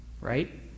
right